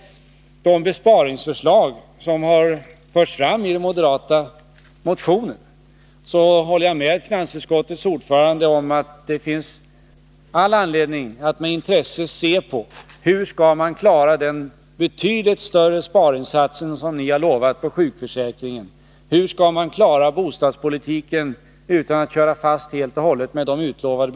Jag håller med finansutskottets ordförande om att det är all anledning att med intresse se på hur moderaterna vill klara den betydligt större sparinsats som de i sin motion lovat när det gäller sjukförsäkringen och hur de skall klara de besparingar de utlovat på bostadspolitikens område utan att köra fast.